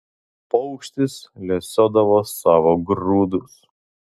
paukštis lesiodavo savo grūdus